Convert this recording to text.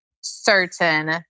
certain